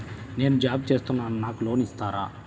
నేను జాబ్ చేస్తున్నాను నాకు లోన్ ఇస్తారా?